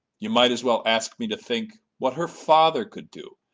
you might as well ask me to think what her father could do.